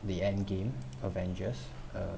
the end game avengers uh